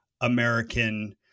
American